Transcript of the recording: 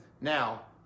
Now